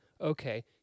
okay